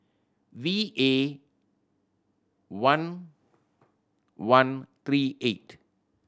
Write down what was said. V A one one three eight